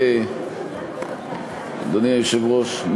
אדוני היושב-ראש,